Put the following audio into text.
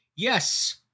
Yes